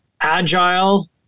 agile